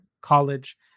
college